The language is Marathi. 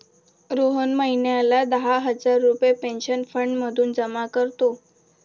रोहन महिन्याला दहा हजार रुपये पेन्शन फंड म्हणून जमा करतो